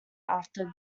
after